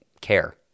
care